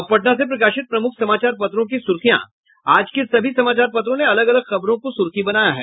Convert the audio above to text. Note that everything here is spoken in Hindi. अब पटना से प्रकाशित प्रमुख समाचार पत्रों की सुर्खियां आज के सभी समाचार पत्रों ने अलग अलग खबरों को सुर्खी बनाया है